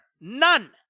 none